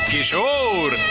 Kishore